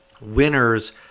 Winners